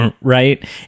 Right